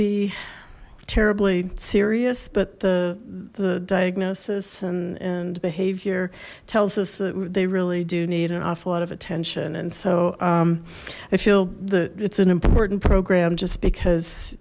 be terribly serious but the the diagnosis and and behavior tells us that they really do need an awful lot of attention and so i feel that it's an important program just because